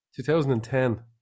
2010